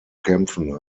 kämpfen